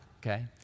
okay